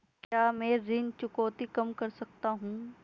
क्या मैं ऋण चुकौती कम कर सकता हूँ?